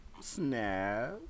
Snap